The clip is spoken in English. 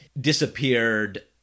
disappeared